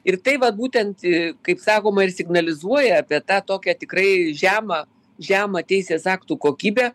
ir tai va būtent tai kaip sakoma ir signalizuoja apie tą tokią tikrai žemą žemą teisės aktų kokybę